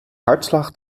hartslag